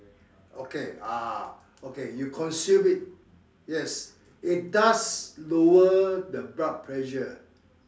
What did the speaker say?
okay ah okay you consume it yes it does lower the blood pressure